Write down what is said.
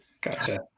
Gotcha